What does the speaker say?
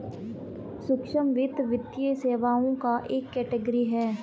सूक्ष्म वित्त, वित्तीय सेवाओं का एक कैटेगरी है